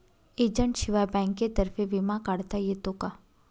एजंटशिवाय बँकेतर्फे विमा काढता येतो का?